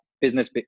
business